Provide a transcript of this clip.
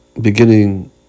beginning